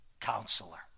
counselor